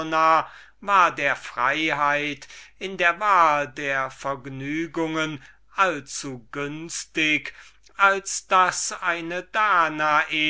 war der freiheit in der wahl der vergnügungen allzugünstig als daß eine danae